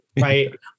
Right